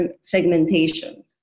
segmentation